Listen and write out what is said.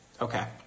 Okay